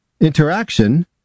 Interaction